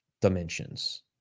dimensions